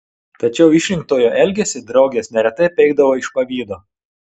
tačiau išrinktojo elgesį draugės neretai peikdavo iš pavydo